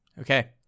Okay